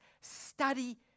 study